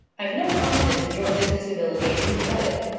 i've no confidence in your business ability, and you know it.